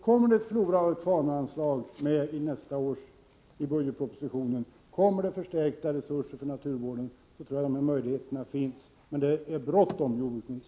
Kommer det ett anslag för flora och fauna i budgetpropositionen nästa år och i övrigt förstärkta resurser för naturvården, tror jag att det finns möjligheter att nå resultat. Men det är bråttom, jordbruksministern.